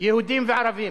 יהודים וערבים.